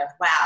wow